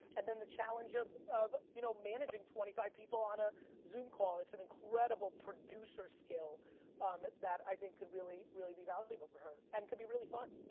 and then, the challenge of of you know managing twenty five people on a zoom call, it's an incredible producer skill that i think could really, really be valuable for her, and could be really fun.